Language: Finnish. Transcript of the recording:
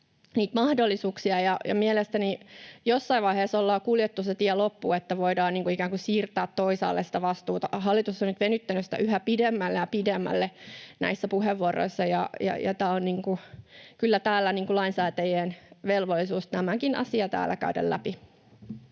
niitä mahdollisuuksia. Mielestäni jossain vaiheessa ollaan kuljettu se tie loppuun, että voidaan ikään kuin siirtää toisaalle sitä vastuuta. Hallitus on nyt venyttänyt sitä yhä pidemmälle ja pidemmälle näissä puheenvuoroissa, ja kyllä lainsäätäjien velvollisuus on tämäkin asia täällä käydä läpi.